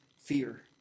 fear